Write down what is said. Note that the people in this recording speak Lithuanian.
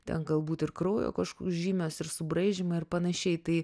ten galbūt ir kraujo kažkur žymės ir subraižymai ar panašiai tai